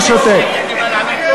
אני שותק.